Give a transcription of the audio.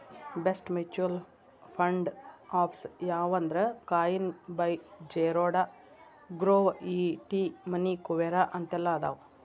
best mutual fund apps ಯಾವಂದ್ರಾ coin by Zerodha Groww ET money Kuvera ಅಂತೆಲ್ಲಾ ಅದಾವ